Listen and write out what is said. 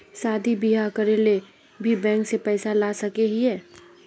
शादी बियाह करे ले भी बैंक से पैसा ला सके हिये?